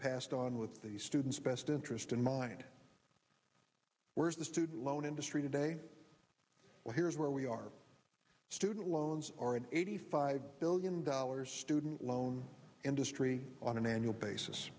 passed on with the students best interest in mind whereas the student loan industry today well here's where we are student loans or an eighty five billion dollars student loan industry on an annual basis